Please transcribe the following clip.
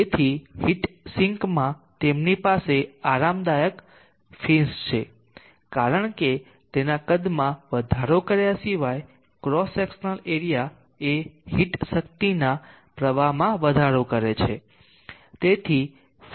તેથી heat sink માં તેમની પાસે આરામદાયક ફિન્સ છે કારણ કે તેના કદ માં વધારો કર્યા સિવાય ક્રોસ સેક્શન એરિયા એ હીટ શક્તિના પ્રવાહમાં વધારો કરે છે